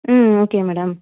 ம் okay madam